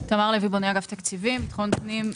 ביטחון פנים,